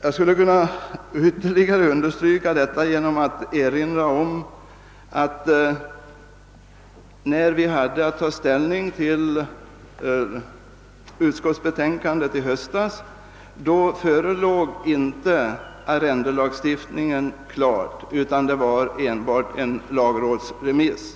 Jag vill understryka detta ytterligare genom att erinra om att när vi behandlade utskottets utlåtande i höstas förelåg ännu inte arrendelagstiftningen i färdigt skick utan endast som en lagrådsremiss.